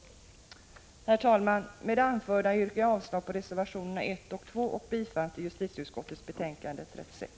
Herr talman! Med det anförda yrkar jag avslag på reservationerna 1 och 2 samt bifall till justitieutskottets hemställan i betänkande 36.